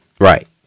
Right